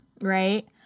Right